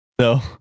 No